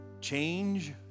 change